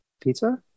Pizza